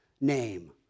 name